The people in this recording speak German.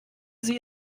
sie